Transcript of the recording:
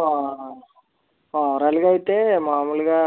ఆ ఓవరాల్గా అయితే మామూలుగా